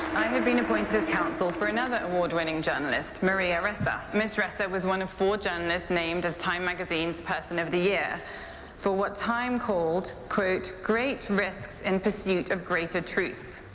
i have been appointed as counsel for another award-winning journalist, maria ressa. ms. ressa was one of four journalists named as time magazine's person of the year for what time called great great risks in pursuit of greater truth.